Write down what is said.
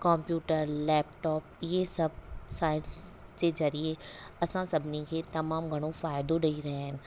computer laptop हीअं सभु science जे ज़रिए असां सभिनी खे तमामु घणो फ़ाइदो ॾेई रहिया आहिनि